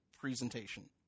presentation